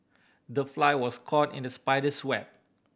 the fly was caught in the spider's web